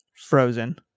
Frozen